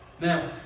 Now